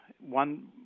One